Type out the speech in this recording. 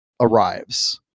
arrives